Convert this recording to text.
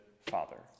father